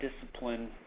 discipline